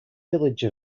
village